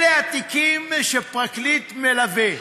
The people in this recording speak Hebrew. אלה התיקים שפרקליט מלווה,